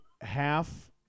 half